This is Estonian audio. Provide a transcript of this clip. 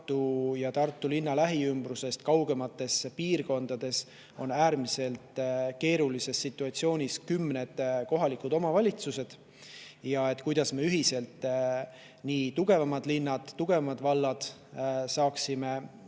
ja Tartu linna lähiümbrusest kaugemates piirkondades on äärmiselt keerulises situatsioonis kümned kohalikud omavalitsused. [Meie soov on] ühiselt – tugevamad linnad, tugevamad vallad –